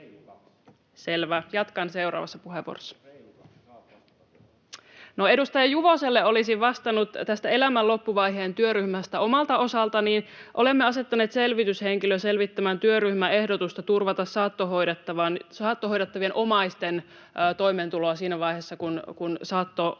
edustaja Juvoselle olisin vastannut tästä elämän loppuvaiheen työryhmästä omalta osaltani. Olemme asettaneet selvityshenkilön selvittämään työryhmän ehdotusta turvata saattohoidettavien omaisten toimeentuloa siinä vaiheessa, kun saattohoidossa on